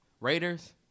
Raiders